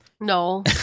No